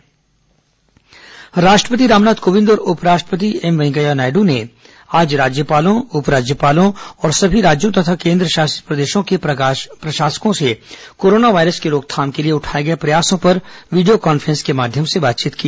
corona राष्ट्रपति राज्यपाल बातचीत राष्ट्रपति रामनाथ कोविंद और उप राष्ट्रपति एम वेंकैया नायडू ने आज राज्यपालों उप राज्यपालों और समी राज्यों तथा केन्द्रशासित प्रदेशों के प्रशासकों से कोरोना वायरस की रोकथाम के लिए उठाये गये प्रयासों पर वीडियो कॉन्फ्रेंस के माध्यम से बातचीत की